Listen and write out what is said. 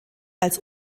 als